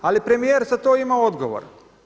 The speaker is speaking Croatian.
Ali premijer za to ima odgovor.